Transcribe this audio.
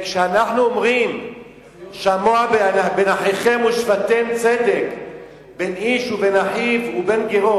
כשאנחנו אומרים "שמע בין אחיכם ושפטתם צדק בין איש ובין אחיו ובין גרו"